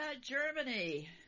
Germany